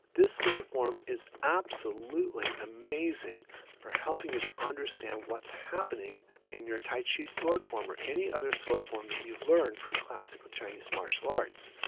this sword form is absolutely amazing for helping you to understand what's happening in your tai chi sword form, or any other sort form that you've learned from classical chinese martial arts.